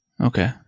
Okay